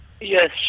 Yes